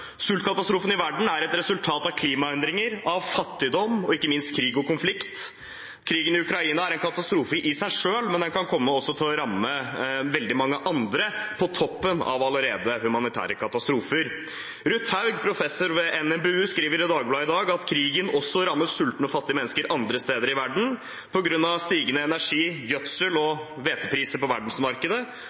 i verden er et resultat av klimaendringer, av fattigdom og ikke minst av krig og konflikt. Krigen i Ukraina er en katastrofe i seg selv, men den kan komme til å ramme veldig mange andre på toppen av allerede humanitære katastrofer. Professor Ruth Haug ved NMBU skriver i Dagbladet i dag at krigen også rammer sultende og fattige mennesker andre steder i verden på grunn av stigende energi-, gjødsel- og hvetepriser på verdensmarkedet.